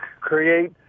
create